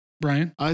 Brian